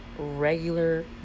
regular